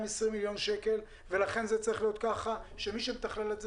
מיליון שקל ולכן זה צריך להיות כך שמי שמתכלל את זה